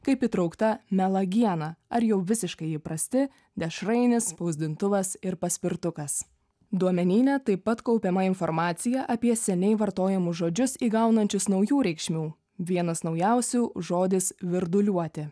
kaip įtraukta melagiena ar jau visiškai įprasti dešrainis spausdintuvas ir paspirtukas duomenyne taip pat kaupiama informacija apie seniai vartojamus žodžius įgaunančius naujų reikšmių vienas naujausių žodis virduliuoti